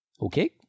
Okay